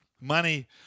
money